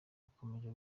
bukomeje